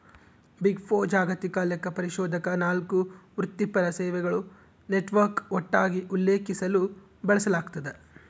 big four ಜಾಗತಿಕ ಲೆಕ್ಕಪರಿಶೋಧಕ ನಾಲ್ಕು ವೃತ್ತಿಪರ ಸೇವೆಗಳ ನೆಟ್ವರ್ಕ್ ಒಟ್ಟಾಗಿ ಉಲ್ಲೇಖಿಸಲು ಬಳಸಲಾಗ್ತದ